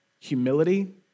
Humility